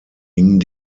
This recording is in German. hing